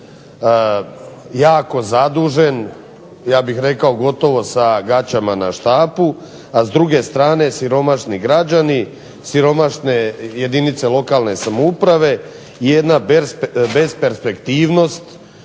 jako zadužen, ja bih rekao gotovo sa gaćama na štapu, a s druge strane siromašni građani, siromašne jedinice lokalne samouprave, jedna besperspektivnost